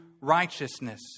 righteousness